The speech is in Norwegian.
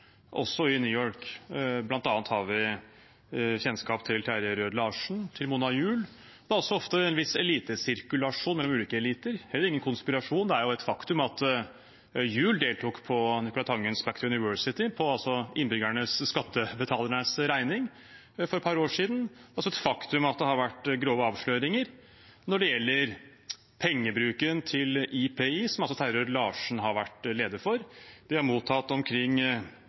også i New York. Vi har bl.a. kjennskap til Terje Rød-Larsen og Mona Juul. Det er også ofte en viss elitesirkulasjon mellom ulike eliter. Det er heller ingen konspirasjon. Det er jo et faktum at Mona Juul deltok på Nicolai Tangens «Back to University»-arrangement, på skattebetalernes regning, for et par år siden. Det er også et faktum at det har vært grove avsløringer når det gjelder IPIs pengebruk, som Terje Rød-Larsen var leder for. De mottok omkring